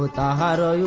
but da da yeah